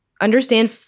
understand